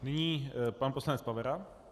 Nyní pan poslanec Pavera.